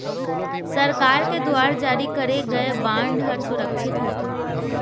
सरकार के दुवार जारी करे गय बांड हर सुरक्छित होथे